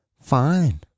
fine